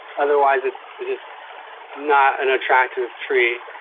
otherwise it's just not an attractive tree,